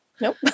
nope